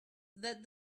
that